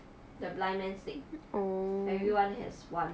the blind man stick everyone has one